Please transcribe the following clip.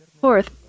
Fourth